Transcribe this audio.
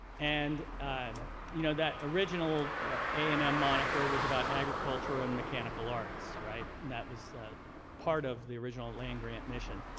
and you know that original a and m moniker was about agriculture and mechanical arts, right? that was part of the original land-grant mission.